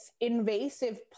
invasive